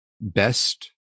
Best